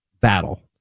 battle